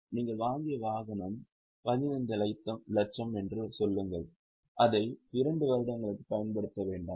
நீங்கள் வாங்கிய வாகனம் 15 லட்சம் என்று சொல்லுங்கள் அதை 2 வருடங்களுக்கு பயன்படுத்த வேண்டாம்